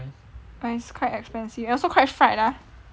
but it's quite expensive also quite fried ah